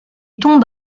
tombe